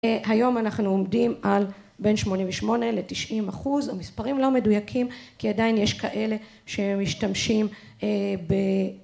היום אנחנו עומדים על בין 88 ל-90 אחוז, המספרים לא מדויקים כי עדיין יש כאלה שמשתמשים